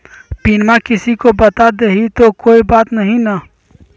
पिनमा किसी को बता देई तो कोइ बात नहि ना?